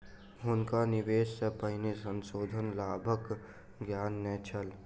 हुनका निवेश सॅ पहिने संशोधित लाभक ज्ञान नै छल